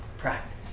practice